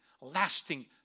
lasting